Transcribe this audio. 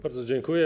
Bardzo dziękuję.